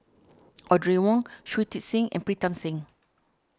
Audrey Wong Shui Tit Sing and Pritam Singh